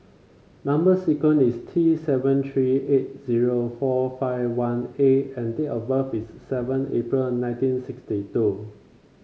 number sequence is T seven three eight zero four five one A and date of birth is seven April nineteen sixty two